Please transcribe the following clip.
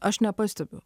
aš nepastebiu